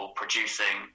producing